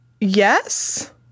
Yes